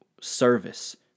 service